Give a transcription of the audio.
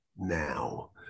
now